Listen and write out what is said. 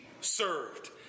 served